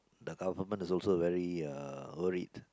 the government is also very uh worried